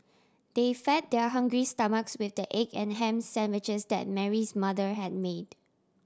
they fed their hungry stomachs with the egg and ham sandwiches that Mary's mother had made